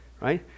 Right